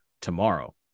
tomorrow